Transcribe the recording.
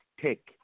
take